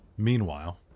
Meanwhile